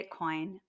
Bitcoin